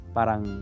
Parang